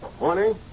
Morning